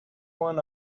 one